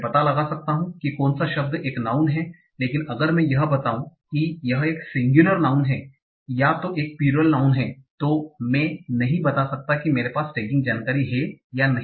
मैं पता कर सकता हू कि कौन सा शब्द एक नाउँन है लेकिन अगर मैं यह बताऊं कि यह एक सिंगुलर नाऊन है या तो एक प्लूरल नाऊन है जो मैं नहीं बता सकता कि मेरे पास टैगिंग जानकारी है या नहीं